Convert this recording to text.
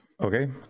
Okay